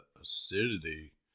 acidity